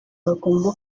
bagomba